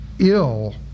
ill